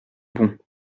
bon